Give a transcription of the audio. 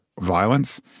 violence